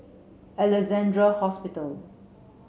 Alexandra Hospital